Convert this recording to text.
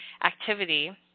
activity